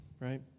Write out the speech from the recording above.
right